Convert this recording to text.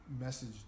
message